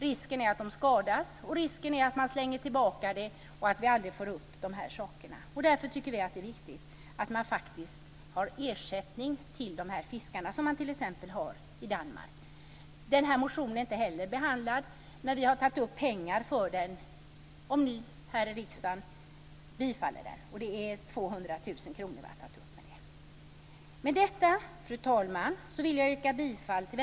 Risken är att de skadas eller att de slänger tillbaka dem och vi aldrig får upp dem. Därför är det viktigt med en ersättning till fiskare, som man t.ex. har i Danmark. Den motionen är inte heller behandlad, men vi har avsatt pengar för detta, 200 000 kr, om ni här i riksdagen bifaller motionen. Med detta, fru talman, vill jag yrka bifall till